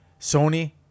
Sony